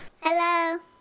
Hello